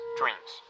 dreams